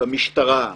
במשטרה,